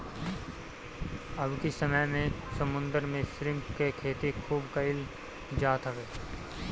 अबकी समय में समुंदर में श्रिम्प के खेती खूब कईल जात हवे